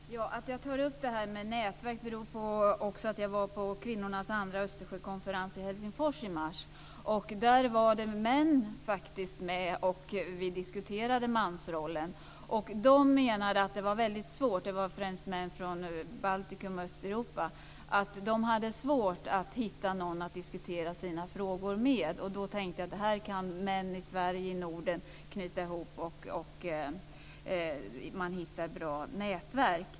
Fru talman! Att jag tar upp frågan om nätverk beror också på att jag var på kvinnornas andra Östersjökonferens i Helsingfors i mars. Där var det män med, främst från Baltikum och Östeuropa. Vi diskuterade mansrollen, och de menade att det var väldigt svårt för dem att hitta någon att diskutera sina frågor med. Jag tänkte då att män i Sverige och övriga Norden kan knyta ihop det här och hitta bra nätverk.